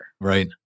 Right